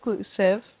exclusive